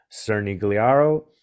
Cernigliaro